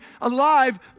alive